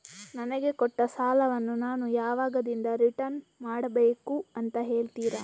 ನನಗೆ ಕೊಟ್ಟ ಸಾಲವನ್ನು ನಾನು ಯಾವಾಗದಿಂದ ರಿಟರ್ನ್ ಮಾಡಬೇಕು ಅಂತ ಹೇಳ್ತೀರಾ?